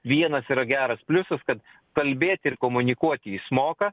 vienas yra geras pliusas kad kalbėt ir komunikuot jis moka